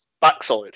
backside